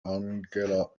angela